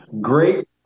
Great